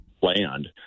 land